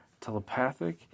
telepathic